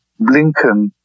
Blinken